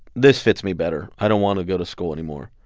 this fits me better. i don't want to go to school anymore